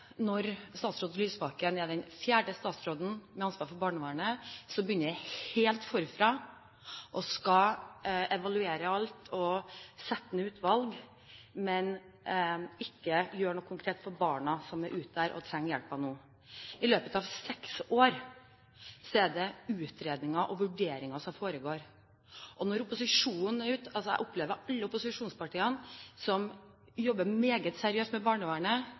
når statsråd Lysbakken er den fjerde statsråden med ansvar for barnevernet som begynner helt forfra, skal evaluere alt og sette ned utvalg, men som ikke gjør noe konkret for barna som er der ute og trenger hjelp nå. I løpet av seks år er det utredninger og vurderinger som foregår. Jeg opplever at alle opposisjonspartiene jobber meget seriøst med barnevernet. Når vi er ute og snakker med folk innenfor det statlige barnevernet og innenfor det private barnevernet,